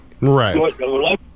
Right